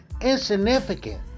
insignificant